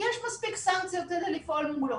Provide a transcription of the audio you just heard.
יש מספיק סנקציות לפעול מולו.